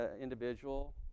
individual